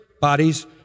bodies